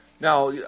Now